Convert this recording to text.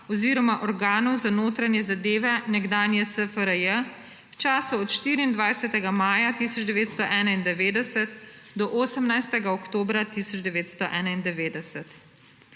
oziroma organov za notranje zadeve nekdanje SFRJ v času od 24. maja 1991 do 18. oktobra 1991.